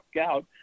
out